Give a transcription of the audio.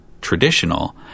traditional